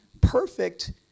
perfect